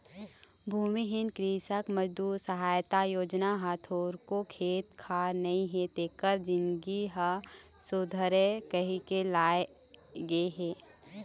भूमिहीन कृसक मजदूर सहायता योजना ह थोरको खेत खार नइ हे तेखर जिनगी ह सुधरय कहिके लाए गे हे